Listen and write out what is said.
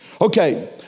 Okay